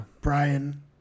Brian